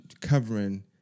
covering